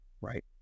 right